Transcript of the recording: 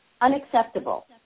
Unacceptable